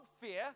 fear